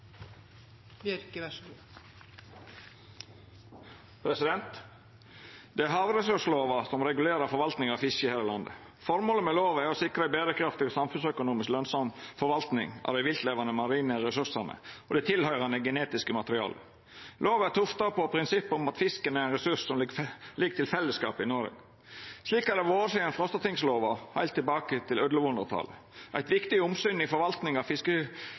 å sikra ei berekraftig og samfunnsøkonomisk lønsam forvalting av dei viltlevande marine ressursane og det tilhøyrande genetiske materialet. Lova er tufta på prinsippet om at fisken er ein ressurs som ligg til fellesskapet i Noreg. Slik har det vore sidan Frostatingslova, heilt tilbake til 1100-talet. Eit viktig omsyn i forvaltinga av